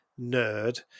nerd